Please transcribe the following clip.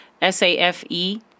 S-A-F-E